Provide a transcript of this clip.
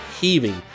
heaving